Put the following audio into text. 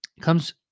comes